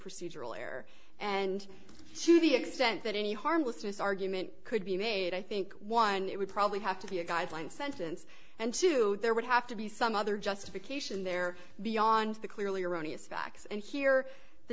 procedural error and to the extent that any harm with this argument could be made i think one it would probably have to be a guideline sentence and two there would have to be some other justification there beyond the clearly erroneous facts and here the